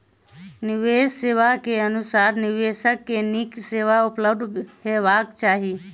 निवेश सेवा के अनुसार निवेशक के नीक सेवा उपलब्ध हेबाक चाही